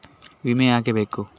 ವಿಮೆ ಯಾಕೆ ಬೇಕು?